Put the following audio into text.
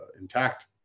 intact